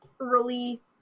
early